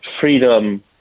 freedom